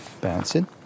bouncing